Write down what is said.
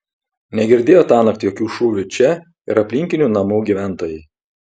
negirdėjo tąnakt jokių šūvių čia ir aplinkinių namų gyventojai